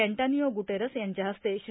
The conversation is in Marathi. अँटानियो ग्रुटेरस यांच्या हस्ते श्री